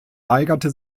weigerte